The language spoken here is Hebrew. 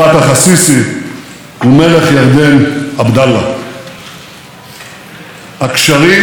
הקשרים עם מדינות אחרות באזורנו גם הם מתרחבים בהדרגה,